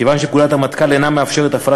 כיוון שפקודת המטכ"ל אינה מאפשרת הפעלה